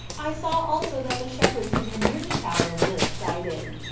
i saw also that the shepherds who were near the tower were excited.